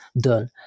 done